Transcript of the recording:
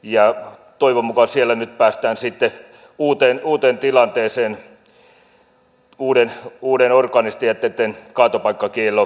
toivon mukaan siellä nyt päästään sitten uuteen tilanteeseen uuden orgaanisten jätteitten kaatopaikkakiellon vuoksi